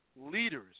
leaders